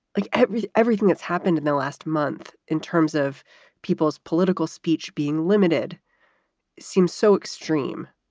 like everything everything that's happened in the last month in terms of people's political speech being limited seems so extreme.